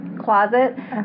closet